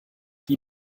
gib